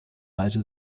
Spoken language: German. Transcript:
halte